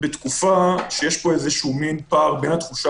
בתקופה שיש פה איזשהו מין פער בין התחושה